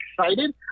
excited